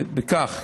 בכך.